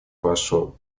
прошел